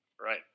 Right